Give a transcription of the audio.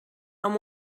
amb